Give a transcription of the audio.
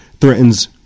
threatens